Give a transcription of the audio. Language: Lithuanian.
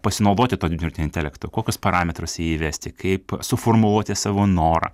pasinaudoti tokiu dirbtiniu intelektu kokius parametrus į jį įvesti kaip suformuluoti savo norą